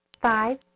Five